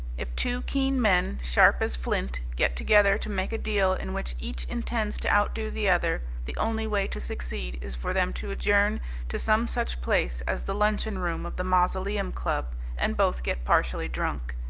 if two keen men, sharp as flint, get together to make a deal in which each intends to outdo the other, the only way to succeed is for them to adjourn to some such place as the luncheon-room of the mausoleum club and both get partially drunk.